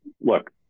look